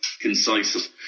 concise